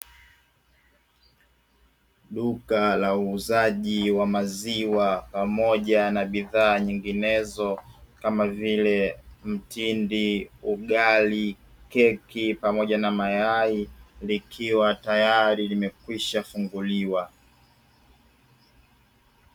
Duka la uuzaji wa maziwa pamoja na bidhaa nyinginezo kama vile mtindi, ugali, keki pamoja na mayai likiwa tayari limekwishafunguliwa.